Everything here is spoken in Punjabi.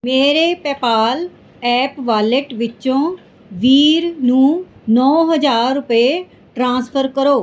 ਮੇਰੇ ਪੈਪਾਲ ਐਪ ਵਾਲੇਟ ਵਿੱਚੋਂ ਵੀਰ ਨੂੰ ਨੌਂ ਹਜ਼ਾਰ ਰੁਪਏ ਟ੍ਰਾਂਸਫਰ ਕਰੋ